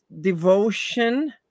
devotion